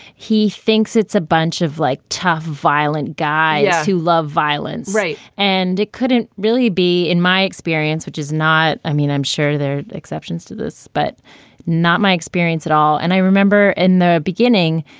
he thinks it's a bunch of like tough, violent guys who love violence. right. and it couldn't really be in my experience, which is not i mean, i'm sure there are exceptions to this, but not my experience at all. and i remember in the beginning,